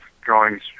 drawings